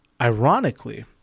Ironically